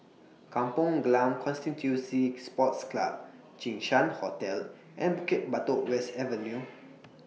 Kampong Glam Constituency Sports Club Jinshan Hotel and Bukit Batok West Avenue